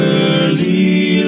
early